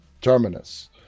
Terminus